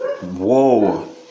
Whoa